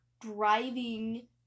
driving